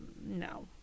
no